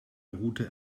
route